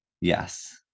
Yes